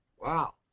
Wow